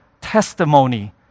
testimony